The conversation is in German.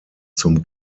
zum